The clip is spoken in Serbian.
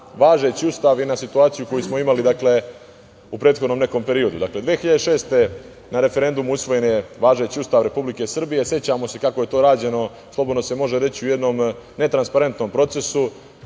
važeći ustav i na situaciju koju smo imali, dakle, u prethodnom nekom periodu. Dakle, 2006. godine na referendumu usvojen je važeći Ustav Republike Srbije. Sećamo se kako je to rađeno, slobodno se može reći, u jednom ne transparentnom procesu,